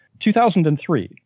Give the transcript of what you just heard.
2003